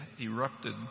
erupted